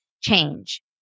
change